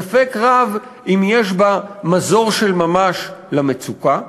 ספק רב אם יש בה מזור של ממש למצוקה"?